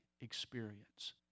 experience